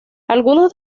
algunos